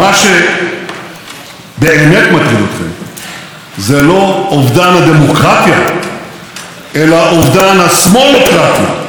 מה שבאמת מטריד אתכם זה לא אובדן הדמוקרטיה אלא אובדן השמאלוקרטיה,